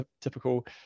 typical